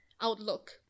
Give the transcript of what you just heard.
outlook